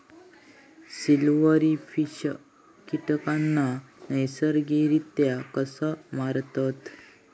Silverfish कीटकांना नैसर्गिकरित्या कसा मारतत?